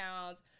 accounts